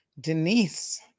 Denise